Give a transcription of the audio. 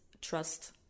trust